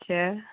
अच्छा